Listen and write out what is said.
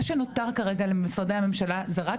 מה שנותר כרגע למשרדי הממשלה זה רק